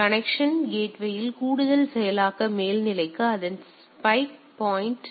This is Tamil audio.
எனவே கனெக்சன் கேட்வேயில் கூடுதல் செயலாக்க மேல்நிலைக்கு அதன் ஸ்பைக் பாயிண்ட் முதலியன குறைபாடுகள் உள்ளன